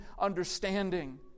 understanding